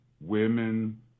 women